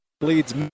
leads